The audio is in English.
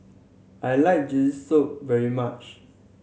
I like soup very much